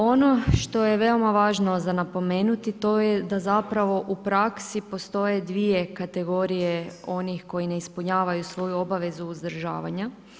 Ono što je veoma važno za napomenuti, to je da zapravo u praksi postoje dvije kategorije onih koji ne ispunjavaju svoju obavezu uzdržavanja.